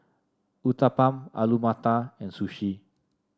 Uthapam Alu Matar and Sushi